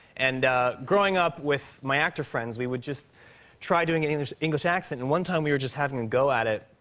and growing up with my actor friends, we would just try doing english english accents. and one time we were just having a go at it,